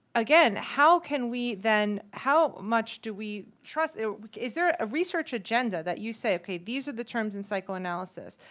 again, how can we then, how much do we trust is there a research agenda that you say, okay, these are the terms in psychoanalysis,